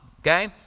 okay